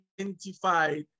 identified